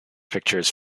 pictures